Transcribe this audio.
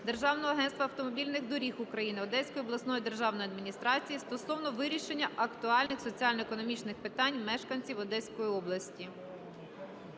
Державного агентства автомобільних доріг України, Одеської обласної державної адміністрації стосовно вирішення актуальних соціально-економічних питань мешканців Одеської області.